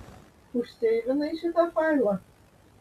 užseivinai šitą failą